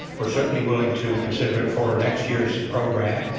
we're certainly willing to consider it for next year's program,